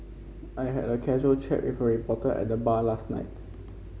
I had a casual chat with a reporter at the bar last night